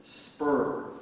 spur